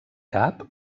cap